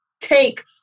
take